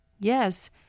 Yes